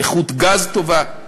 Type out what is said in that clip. עם איכות גז טובה,